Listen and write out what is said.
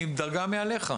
אני דרגה מעליך.